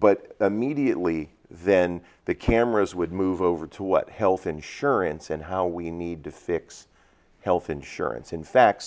but mediately then the cameras would move over to what health insurance and how we need to fix health insurance in fact